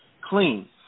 clean